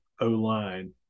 O-line